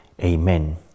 Amen